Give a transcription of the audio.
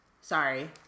Sorry